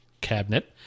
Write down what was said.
cabinet